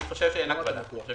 הגבלה, זה